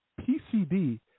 PCD